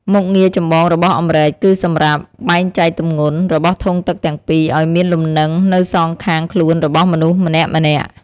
មុខងារចម្បងរបស់អម្រែកគឺសម្រាប់ បែងចែកទម្ងន់ របស់ធុងទឹកទាំងពីរឱ្យមានលំនឹងនៅសងខាងខ្លួនរបស់មនុស្សម្នាក់ៗ។